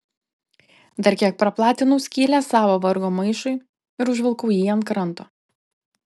dar kiek praplatinau skylę savo vargo maišui ir užvilkau jį ant kranto